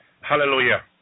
Hallelujah